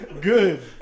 Good